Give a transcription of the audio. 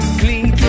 clean